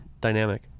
dynamic